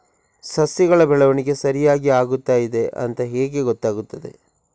ಸಸ್ಯಗಳ ಬೆಳವಣಿಗೆ ಸರಿಯಾಗಿ ಆಗುತ್ತಾ ಇದೆ ಅಂತ ಹೇಗೆ ಗೊತ್ತಾಗುತ್ತದೆ?